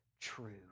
true